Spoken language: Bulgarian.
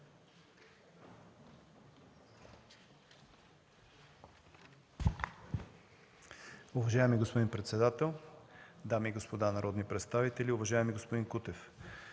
Уважаеми господин председател, дами и господа народни представители! Уважаеми господин Кутев,